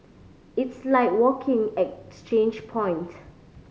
it's like walking exchange point